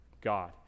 God